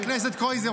חבר הכנסת קרויזר,